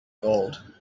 gold